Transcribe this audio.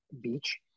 beach